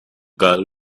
girl